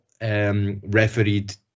refereed